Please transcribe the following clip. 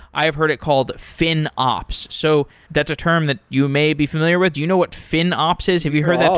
i have heard it called finops. ah so that's a term that you may be familiar with. do you know what finops is? have you heard that